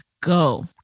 Go